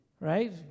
right